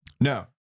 No